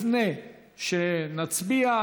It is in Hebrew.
לפני שנצביע,